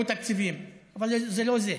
הועברו תקציבים, אבל זה לא זה.